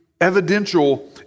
evidential